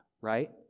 right